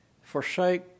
forsake